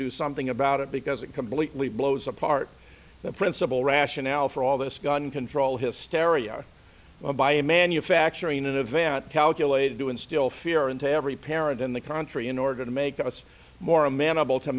do something about it because it completely blows apart the principal rationale for all this gun control hysteria by a manufacturing an event calculated to instill fear into every parent in the contrary in order to make us more amenable to